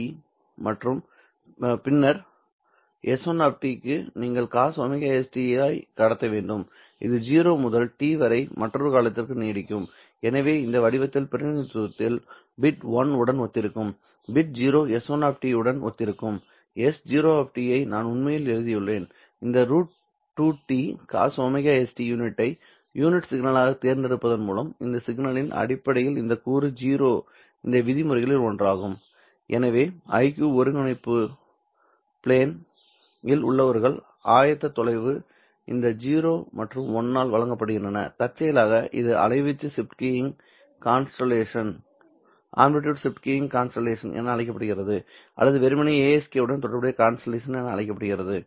0 t மற்றும் பின்னர் s1 க்கு நீங்கள் cos ωst ஐ கடத்த வேண்டும் இது 0 முதல் t வரை மற்றொரு காலத்திற்கு நீடிக்கும் எனவே இந்த வடிவியல் பிரதிநிதித்துவத்தில் பிட் 1 உடன் ஒத்திருக்கும் பிட் 0 s1 உடன் ஒத்திருக்கும் s0 ஐ நான் உண்மையில் எழுதியுள்ளேன் இந்த √2T cos ωst யூனிட்டை யூனிட் சிக்னலாக தேர்ந்தெடுப்பதன் மூலம் இந்த சிக்னலின் அடிப்படையில் இந்த கூறு 0 இந்த விதிமுறைகளில் ஒன்றாகும் எனவே IQ ஒருங்கிணைப்பு ப்ளேன் இல் உள்ளவர்களின் ஆயத்தொலைவுகள் இந்த 0 மற்றும் 1 ஆல் வழங்கப்படுகின்றன தற்செயலாக இது அலைவீச்சு ஷிப்ட் கீயிங் கன்ஸ்டல்லேஷன் என அழைக்கப்படுகிறது அல்லது வெறுமனே ASK உடன் தொடர்புடைய கன்ஸ்டல்லேஷன் என அழைக்கப்படுகிறது